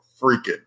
freaking